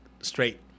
straight